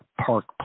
park